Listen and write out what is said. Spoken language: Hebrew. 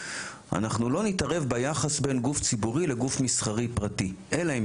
אנחנו לא נתערב ביחס בין גוף ציבורי לגוף מסחרי פרטי אלא אם